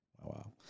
wow